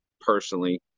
personally